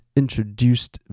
introduced